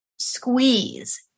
squeeze